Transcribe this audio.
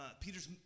Peter's